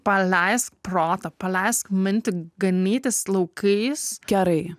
paleisk protą paleisk mintį ganytis laukais kerai